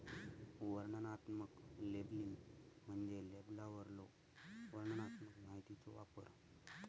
वर्णनात्मक लेबलिंग म्हणजे लेबलवरलो वर्णनात्मक माहितीचो वापर